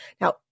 Now